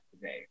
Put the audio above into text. today